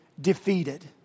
defeated